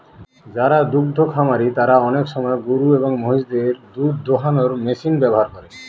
যারা দুদ্ধ খামারি তারা আনেক সময় গরু এবং মহিষদের দুধ দোহানোর মেশিন ব্যবহার করে